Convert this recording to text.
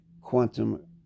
quantum